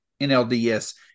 NLDS